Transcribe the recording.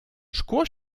szkło